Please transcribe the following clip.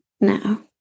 No